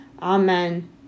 Amen